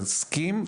תסכים,